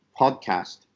podcast